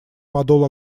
подол